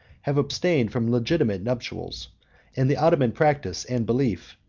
have abstained from legitimate nuptials and the ottoman practice and belief,